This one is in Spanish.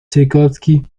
chaikovski